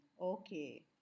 Okay